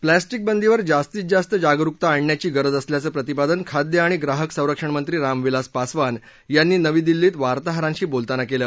plastic बंदीवर जास्तीत जास्त जागरुकता आणण्याची गरज असल्याचं प्रतिपादन खाद्य आणि ग्राहक संरक्षणमंत्री रामविलास पासवान यांनी नवी दिल्ली क्रें वार्ताहरांशी बोलताना केलं